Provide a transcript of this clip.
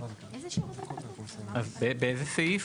באיזה סעיף?